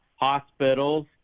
hospitals